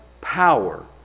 power